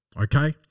Okay